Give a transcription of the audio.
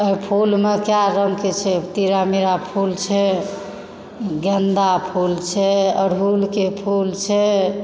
वएह फूलमे कए रङ्गके छै तिरा मीरा फूल छै गेंदा फूल छै अड़हुलके फूल छै